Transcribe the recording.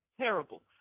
Terrible